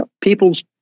people's